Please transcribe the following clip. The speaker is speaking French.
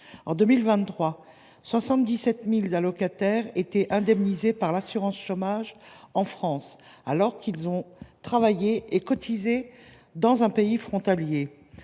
En 2023, quelque 77 000 allocataires étaient indemnisés par l’assurance chômage en France, alors qu’ils avaient travaillé et cotisé dans un pays frontalier.